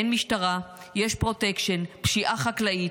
אין משטרה, יש פרוטקשן ופשיעה חקלאית,